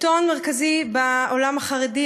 עיתון מרכזי בעולם החרדי,